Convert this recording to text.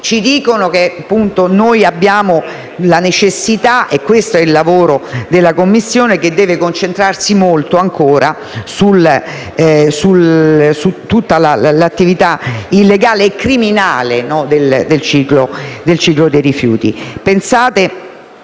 ci dicono che abbiamo la necessità che il lavoro della Commissione dovrà concentrarsi ancora su tutta l'attività illegale e criminale del ciclo dei rifiuti.